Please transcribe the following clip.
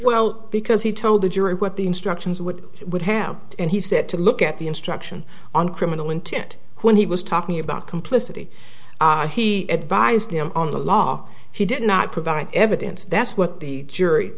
well because he told the jury what the instructions would would have and he said to look at the instruction on criminal intent when he was talking about complicity he advised him on the law he did not provide evidence that's what the jury